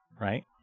right